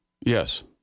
Yes